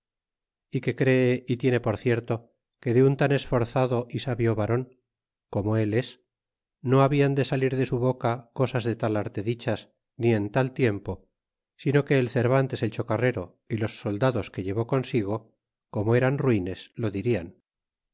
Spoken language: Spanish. é que cree y tiene por cierto que de un tan esforzade y sabio varon como él es no habian de salir de su boca cosas de tal arte dichas ni en tal tiempo sino que el cervantes el chocarrero y los soldados que llevó consigo como eran ruines lo dirian